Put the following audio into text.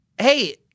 hey